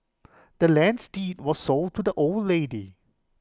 the land's deed was sold to the old lady